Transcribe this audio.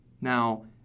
Now